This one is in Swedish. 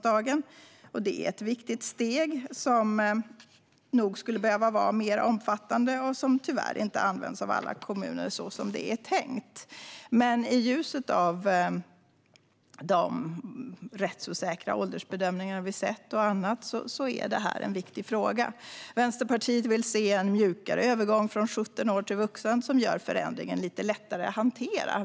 Detta är ett viktigt steg, som nog skulle behöva vara mer omfattande och som tyvärr inte används av alla kommuner så som det är tänkt. I ljuset av de rättsosäkra åldersbedömningar och annat vi har sett är detta en viktig fråga. Vänsterpartiet vill se en mjukare övergång från 17 år till vuxen som gör förändringen lite lättare att hantera.